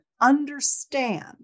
understand